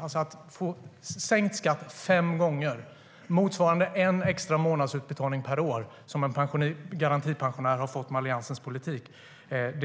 Att få sänkt skatt fem gånger och få motsvarande en extra månads utbetalning per år, som en garantipensionär har fått med Alliansens politik,